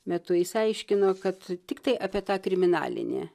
metu jis aiškino kad tiktai apie tą kriminalinį